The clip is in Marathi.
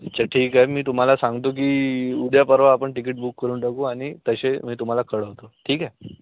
अच्छा ठीक आहे मी तुम्हाला सांगतो की उद्या परवा आपण तिकीट बुक करून टाकू आणि तसे मी तुम्हाला कळवतो ठीक आहे